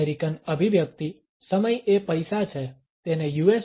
American અભિવ્યક્તિ સમય એ પૈસા છે તેને યુ